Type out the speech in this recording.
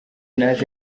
naje